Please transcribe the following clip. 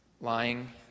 Lying